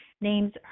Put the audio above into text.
names